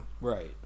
Right